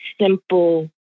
simple